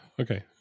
Okay